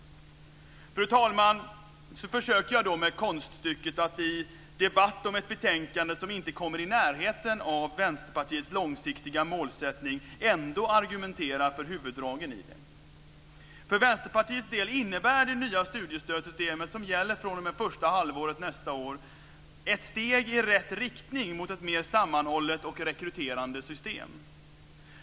Fru talman! Så försöker jag med konststycket att i debatt om ett betänkande som inte kommer i närheten av Vänsterpartiets långsiktiga målsättning ändå argumentera för huvuddragen i det. För Vänsterpartiets del innebär det nya studiestödssystem som gäller fr.o.m. första halvåret nästa år ett steg i rätt riktning mot ett mer sammanhållet och rekryterande system.